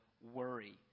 worry